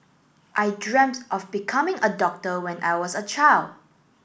I dreamt of becoming a doctor when I was a child